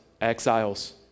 exiles